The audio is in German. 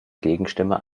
gegenstimme